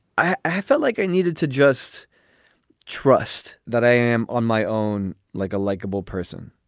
i i felt like i needed to just trust that i am on my own like a likable person.